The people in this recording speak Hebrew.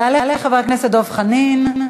יעלה חבר הכנסת דב חנין.